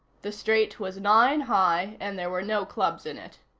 the straight was nine-high and there were no clubs in it.